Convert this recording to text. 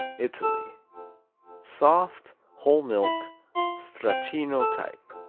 italy soft, whole-milk, stracchino type.